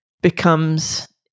becomes